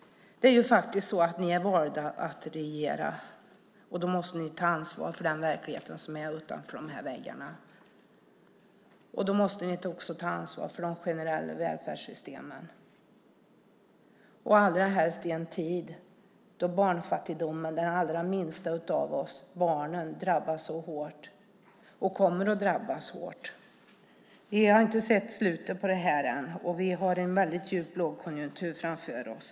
Det är ju faktiskt så att ni är valda att regera, och då måste ni ta ansvar för den verklighet som finns utanför de här väggarna. Ni måste även ta ansvar för de generella välfärdssystemen, särskilt i en tid då fattigdomen drabbar de allra minsta av oss, barnen, så hårt. Och de kommer att drabbas hårt. Vi har inte sett slutet ännu. Vi har en djup lågkonjunktur framför oss.